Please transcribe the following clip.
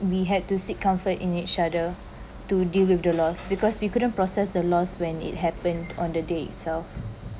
we had to seek comfort in each other to deal with the loss because we couldn't process the loss when it happened on the day itself